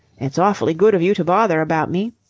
it's awfully good of you to bother about me.